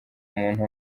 umuntu